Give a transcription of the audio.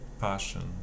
passion